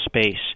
space